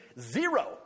Zero